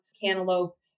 cantaloupe